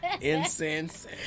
Incense